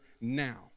now